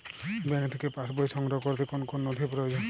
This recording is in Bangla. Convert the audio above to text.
ব্যাঙ্ক থেকে পাস বই সংগ্রহ করতে কোন কোন নথি প্রয়োজন?